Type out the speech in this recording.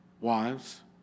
wives